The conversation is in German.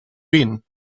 wen